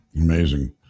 Amazing